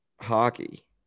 Hockey